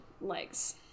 legs